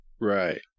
right